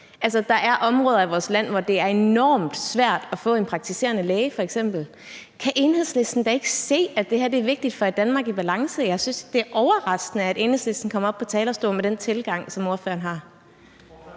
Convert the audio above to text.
vores land, hvor det er enormt svært f.eks. at få en praktiserende læge. Kan Enhedslisten da ikke se, at det her er vigtigt for et Danmark i balance? Jeg synes, det er overraskende, at Enhedslisten kommer op på talerstolen med den tilgang, som ordføreren har.